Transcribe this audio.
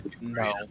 No